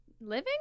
Living